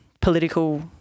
political